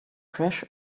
crash